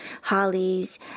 Hollies